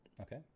Okay